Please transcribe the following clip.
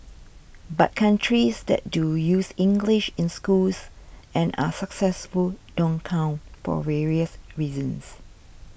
but countries that do use English in schools and are successful don't count for various reasons